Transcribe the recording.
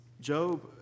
Job